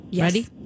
ready